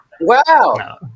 Wow